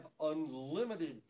unlimited